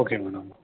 okay madam